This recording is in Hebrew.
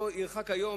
לא ירחק היום,